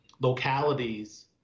localities